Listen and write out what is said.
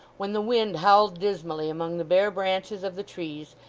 when the wind howled dismally among the bare branches of the trees,